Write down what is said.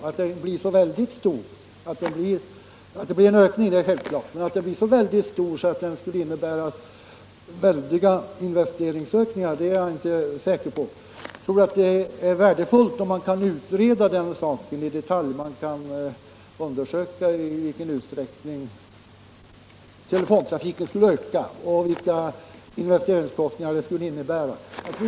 Att det blir en ökning är självklart, men att den blir så stor att den skulle innebära väldiga investeringar är jag inte säker på. Jag tror att det är värdefullt om man kan utreda den saken i detalj och undersöka i vilken utsträckning telefontrafiken skulle öka och vilka investeringskostnader det skulle medföra.